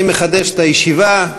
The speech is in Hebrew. אני מחדש את הישיבה,